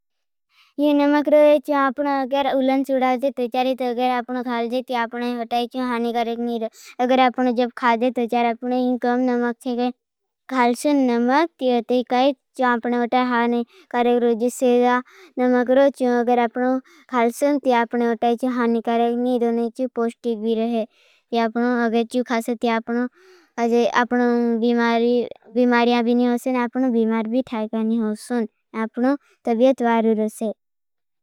अगर आपण चूरा तो अगर आपण खाले से अपने हितै की हान नही होती। अगर अपने जब खाच। तो कर अपने ही कम नमक खाएं। घलसुन, नमक का हानिकारक जो सेद नमक है। अगर आपन खालसन तो अपने हितै से हानिकारक नही रहा पोष्टिक भी रहेगा। अगर आपन खाते आपन बीमारी, बीमारिया भी नही होती। ना आपन बीमार भी नही होंसुन। आपन तबियत बाहर से।